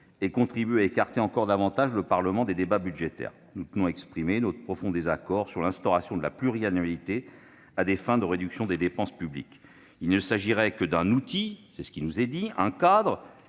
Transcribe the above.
et contribue à écarter encore davantage le Parlement des débats budgétaires. Nous tenons à exprimer notre profond désaccord sur l'instauration de la pluriannualité à des fins de réduction des dépenses publiques. Il ne s'agirait que d'un « outil », d'un « cadre